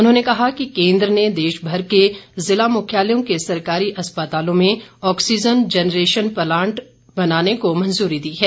उन्होंने कहा कि केन्द्र ने देशभर के ज़िला मुख्यालयों के सरकारी अस्पतालों में ऑक्सीज़न जनरेशन प्लांट बनाने को मंजूरी दी है